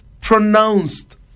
pronounced